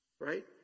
right